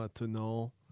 maintenant